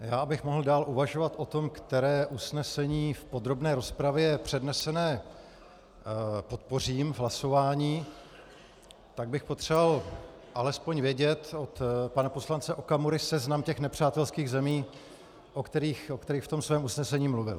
Abych mohl dál uvažovat o tom, které usnesení v podrobné rozpravě přednesené podpořím v hlasování, tak bych potřeboval alespoň vědět od pana poslance Okamury seznam těch nepřátelských zemí, o kterých v tom svém usnesení mluvil.